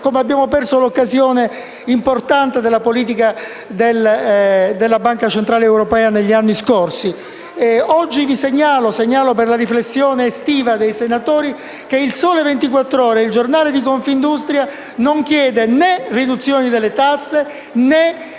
come abbiamo perso l'occasione importante della politica della Banca centrale europea negli anni scorsi. Oggi vi segnalo, sottoponendo tale questione alla riflessione estiva dei senatori, che «Il Sole 24 Ore», giornale di Confindustria, non chiede né riduzione delle tasse, né